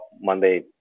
Monday